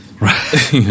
Right